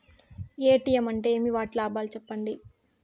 ATM అంటే ఏమి? వాటి లాభాలు సెప్పండి?